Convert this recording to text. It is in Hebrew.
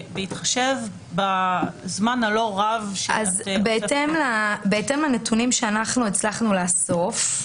בהתחשב בזמן הלא רב שאת --- בהתאם לנתונים שאנחנו הצלחנו לאסוף,